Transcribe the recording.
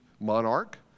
monarch